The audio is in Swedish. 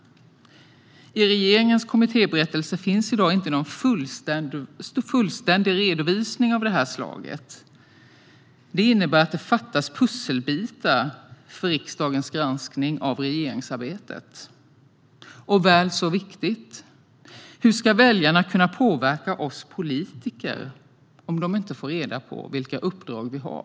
I regeringens kommittéberättelse finns i dag inte någon fullständig redovisning av detta slag. Det innebär att det fattas pusselbitar för riksdagens granskning av regeringsarbetet. Och väl så viktigt: Hur ska väljarna kunna påverka oss politiker om de inte får reda på vilka uppdrag vi har?